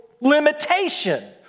limitation